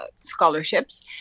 scholarships